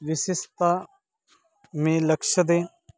विशिष्ट मी लक्ष देईन